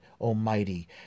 Almighty